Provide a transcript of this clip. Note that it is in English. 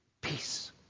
Peace